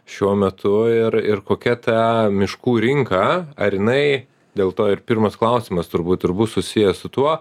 šiuo metu ir ir kokia ta miškų rinka ar jinai dėl to ir pirmas klausimas turbūt ir bus susijęs su tuo